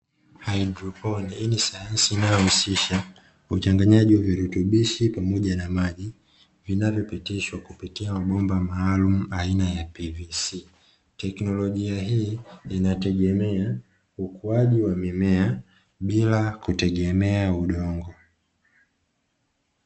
Haidroponi hii ni sayansi inayohusisha uchanganyaji wa virutubishi pamoja na maji vinavyopitishwa kupitia mabomba maalumu aina ya "pvc". Teknolojia hii inategemea ukuaji wa mimea bila kutegemea udongo.